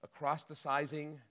acrosticizing